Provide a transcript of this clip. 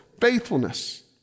faithfulness